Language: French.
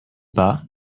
pas